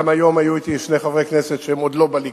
היום היו אתי גם שני חברי כנסת שהם עוד לא בליכוד,